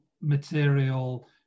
material